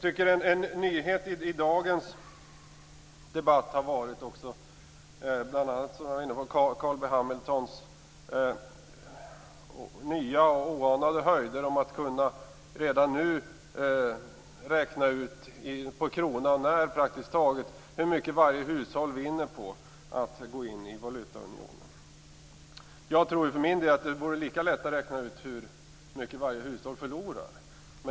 En nyhet i dagens debatt har varit bl.a. Carl B Hamiltons nya och oanade förmåga att nu kunna räkna ut, praktiskt taget på kronan när, hur mycket varje hushåll vinner på att gå in i valutaunionen. Jag tror för min del att det vore lika lätt att räkna ut hur mycket varje hushåll förlorar.